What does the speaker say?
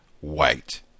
white